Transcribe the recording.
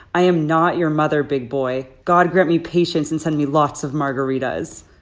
i am not your mother, big boy. god grant me patience and send me lots of margaritas